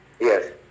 yes